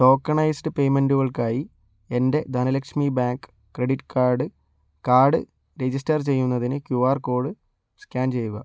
tokenised പേയ്മെൻറ്റുകൾക്കായി എൻ്റെ Dhanlaxmi bank credit card card register ചെയ്യുന്നതിന് ക്യുആർ കോഡ് സ്കാൻ ചെയ്യുക